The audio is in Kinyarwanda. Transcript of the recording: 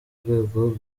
rwego